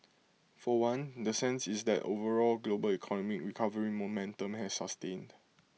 for one the sense is that overall global economic recovery momentum has sustained